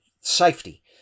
safety